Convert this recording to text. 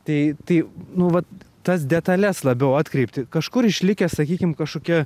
tai tai nu vat tas detales labiau atkreipti kažkur išlikę sakykim kažkokią